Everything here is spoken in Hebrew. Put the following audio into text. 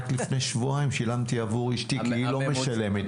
רק לפני שבועיים שילמתי עבור אשתי כי היא לא משלמת.